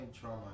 trauma